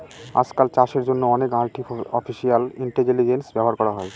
আজকাল চাষের জন্য অনেক আর্টিফিশিয়াল ইন্টেলিজেন্স ব্যবহার করা হয়